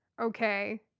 okay